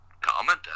comment